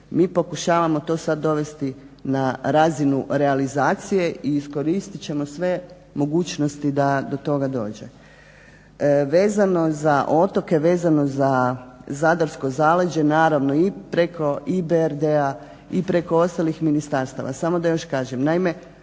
Mi pokušavamo to sad dovesti na razinu realizacije i iskoristit ćemo sve mogućnosti da do toga dođe. Vezano za otoke, vezano za Zadarsko zaleđe, naravno i preko EBRD-a i preko ostalih ministarstva.